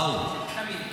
קמיניץ.